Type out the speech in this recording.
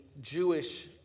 Jewish